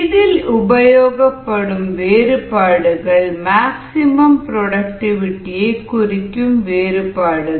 இதில் உபயோகப்படும் வேறுபாடுகள் மேக்ஸிமம் புரோடக்டிவிடிய குறிக்கும் வேறுபாடுகள்